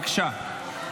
בבקשה.